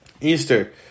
Easter